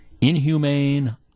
inhumane